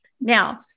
Now